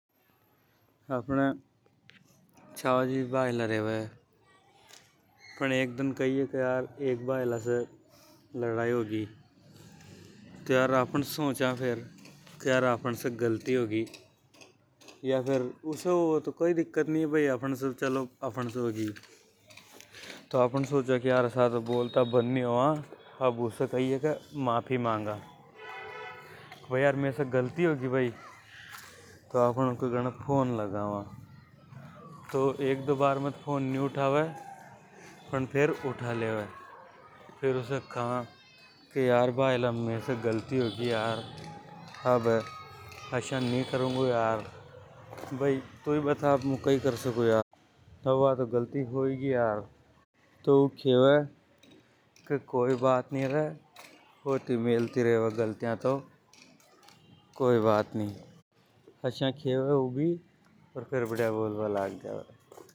आफ़न छाव जी भईला रेवे पण एक दान कई होवे के। एक भायला से लड़ाई होगी तो आपन सोचा के यार आपन से गलती होगी। तो आपन सोचा के आसा तो बोलता बंद नि होवा। अब उसे कई हे के माफी मांगा के यार भई मैसे गलती होगी। तो आपन ऊके फोन लगवा एक बारे तो फोन नि उठावें पण फेर उठा लेवे। फेर उसे खा के यार भायला मैसे गलती होगी यार आबे आसा नि करूंगा यार। भई तू ई बता मु कई कर सकूं यार अब वा गलती तो हो ही गई यार। तो ऊ खेवे कोई बात नि री ओर फेर बढ़िया बोल बा लग जावे।